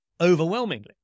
overwhelmingly